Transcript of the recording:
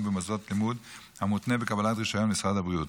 במוסדות לימוד המותנים בקבלת רישיון משרד הבריאות.